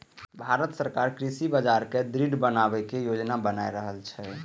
भांरत सरकार कृषि बाजार कें दृढ़ बनबै के योजना बना रहल छै